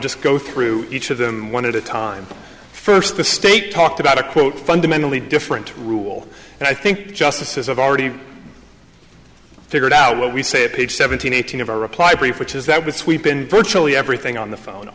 just go through each of them one at a time first the state talked about a quote fundamentally different rule and i think the justices have already figured out what we said page seventeen eighteen of our reply brief which is that it's we've been virtually everything on the phone